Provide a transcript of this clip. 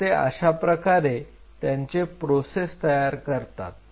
तर ते अशा प्रकारे त्यांचे प्रोसेस तयार करतात